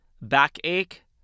backache